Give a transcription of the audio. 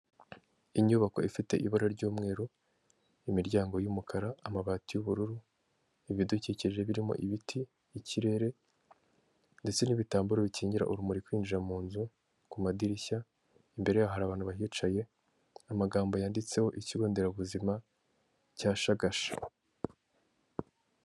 Inyubako ifite ibara ry'umweru, imiryango y'umukara, amabati y'ubururu, ibidukikije birimo ibiti, ikirere ndetse n'ibitambaro bikingira urumuri kwinjira mu nzu ku madirishya, imbere yayo hari abantu bahicaye, amagambo yanditseho ikigo nderabuzima cya Shagasha.